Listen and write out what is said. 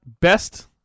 Best